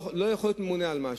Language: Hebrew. הוא לא יכול להיות ממונה על משהו.